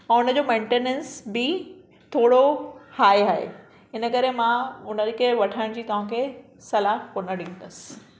ऐं हिन जो मेंटनेंस बि थोरो हाय आहे इनकरे मां हुन खे वठण जी सलाह तव्हांखे कोन ॾिंदसि